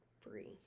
free